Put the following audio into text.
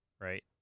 right